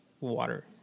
water